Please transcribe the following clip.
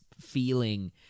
feeling